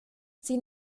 sie